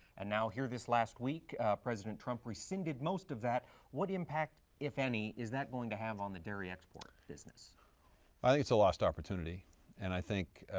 and now here this last week president trump rescinded most of that. what impact, if any, is that going to have on the dairy export business? vilsack i think it's a lost opportunity and i think,